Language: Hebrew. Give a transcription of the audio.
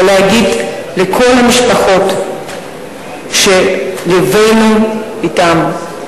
ולהגיד לכל המשפחות שלבנו אתן.